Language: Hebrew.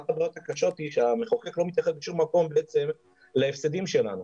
אחת הבעיות הקשות היא שהמחוקק לא מתייחס בשום מקום להפסדים שלנו.